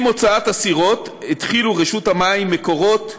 עם הוצאת הסירות התחילו רשות המים, מקורות,